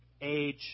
Age